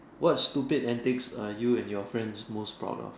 what stupid antics are you and your friends most proud of